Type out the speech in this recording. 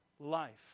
life